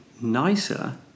nicer